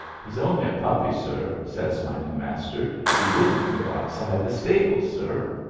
e's only a puppy, sir, says my new master e wouldn't go outside the stables, sir.